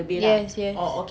yes yes